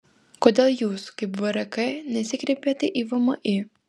kodėl jūs kaip vrk nesikreipėte į vmi